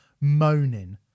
moaning